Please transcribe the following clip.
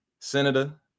senator